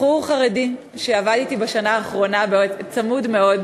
בחור חרדי שעבד אתי בשנה האחרונה צמוד מאוד,